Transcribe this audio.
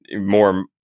more